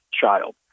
Child